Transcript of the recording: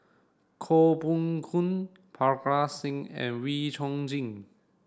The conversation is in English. Koh Poh Koon Parga Singh and Wee Chong Jin